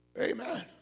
Amen